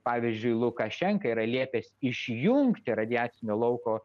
pavyzdžiui lukašenka yra liepęs išjungti radiacinio lauko